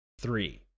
Three